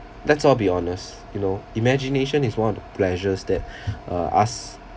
let's all be honest you know imagination is one of the pleasures that uh us